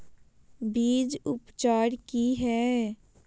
बीज उपचार कि हैय?